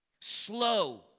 Slow